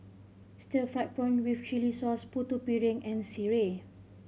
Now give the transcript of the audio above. stir fried prawn with chili sauce Putu Piring and sireh